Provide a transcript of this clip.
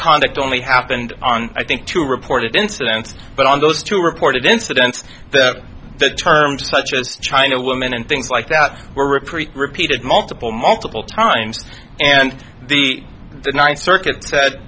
conduct only happened on i think two reported incidents but on those two reported incidents that the terms such as china woman and things like that were pretty repeated multiple multiple times and the ninth circuit said